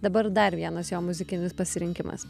dabar dar vienas jo muzikinis pasirinkimas